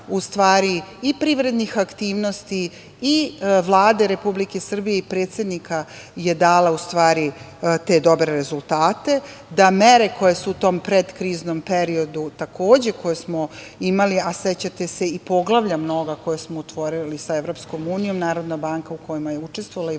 i privrednih aktivnosti i Vlade Republike Srbije i predsednika je dala te dobre rezultate, da mere koje su u tom pred kriznom periodu, takođe koje smo imali, a sećate se i poglavlja mnoga koja smo otvorili sa EU, NBS u kojima je učestvovala i